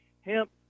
Hemp